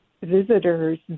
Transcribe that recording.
visitors